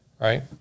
right